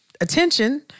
attention